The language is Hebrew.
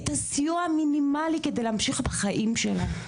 את הסיוע המינימלי כדי להמשיך בחיים שלך.